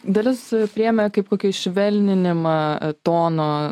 dalis priėmė kaip kokį švelninimą tono